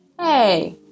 Hey